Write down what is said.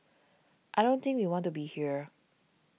I don't think we want to be here